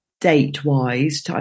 date-wise